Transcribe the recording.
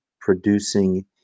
producing